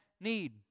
need